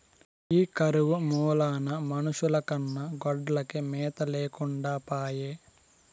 ఈ కరువు మూలాన మనుషుల కన్నా గొడ్లకే మేత లేకుండా పాయె